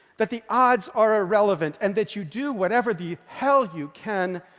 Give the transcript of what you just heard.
that the odds are irrelevant and that you do whatever the hell you can,